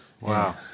Wow